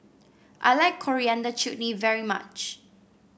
I like Coriander Chutney very much